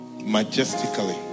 majestically